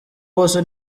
bose